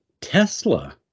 Tesla